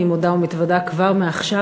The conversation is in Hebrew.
אני מודה ומתוודה כבר מעכשיו,